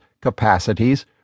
capacities